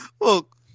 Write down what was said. look